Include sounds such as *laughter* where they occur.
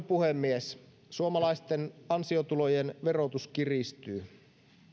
*unintelligible* puhemies suomalaisten ansiotulojen verotus kiristyy